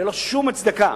ללא שום הצדקה.